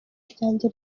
ryanjye